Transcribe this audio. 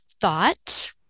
thought